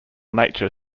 nature